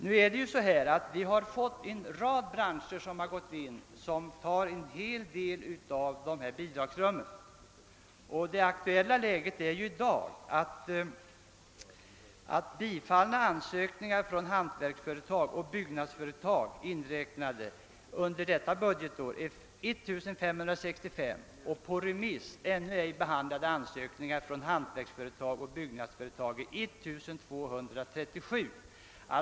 Flera nya branscher har anslutit sig, och dessa tar en hel del av dessa bidragsrum. Antalet bifallna ansökningar under detta budgetår uppgår till 1565, och däri ingår då ansökningar från hantverksoch byggnadsföretag. Antalet på remiss utsända ännu ej behandiade ansökningar från hantverksoch byggnadsföretag uppgår till 1237.